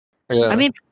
!aiya!